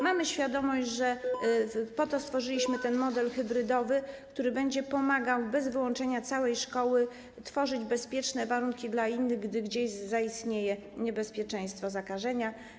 Mamy świadomość, po to stworzyliśmy ten model hybrydowy, który będzie pomagał bez wyłączenia całej szkoły tworzyć bezpieczne warunki dla innych, gdy gdzieś zaistnieje niebezpieczeństwo zakażenia.